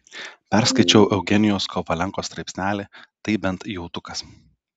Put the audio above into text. perskaičiau eugenijaus kovalenkos straipsnelį tai bent jautukas